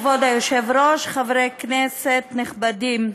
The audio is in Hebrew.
כבוד היושב-ראש, חברי כנסת נכבדים,